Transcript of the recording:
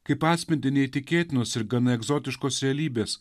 kaip atspindį neįtikėtinus ir gana egzotiškos realybės